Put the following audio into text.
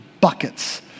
buckets